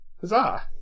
Huzzah